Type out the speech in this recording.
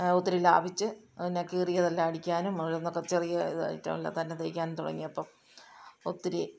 ഒത്തിരി ലാഭിച്ച് പിന്നെ കീറിയതെല്ലാം അടിക്കാനും ഓരോന്നൊക്കെ ചെറിയ ഇതായിട്ടുള്ളതു തന്നെ തയ്ക്കാനും തുടങ്ങിയപ്പം ഒത്തിരി